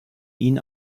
ihn